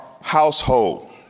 household